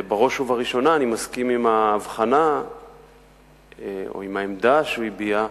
בראש ובראשונה אני מסכים עם ההבחנה או עם העמדה שהוא הביע,